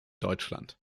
deutschland